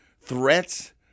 threats